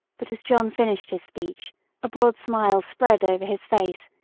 but as john finished his speech a broad smile spread over his face,